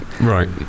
right